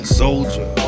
soldier